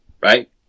right